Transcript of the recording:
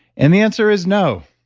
and the answer is no.